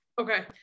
Okay